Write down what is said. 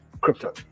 crypto